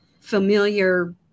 familiar